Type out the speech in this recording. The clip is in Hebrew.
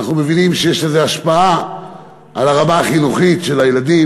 אנחנו מבינים שיש לזה השפעה על הרמה החינוכית של הילדים.